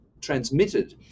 transmitted